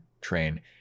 train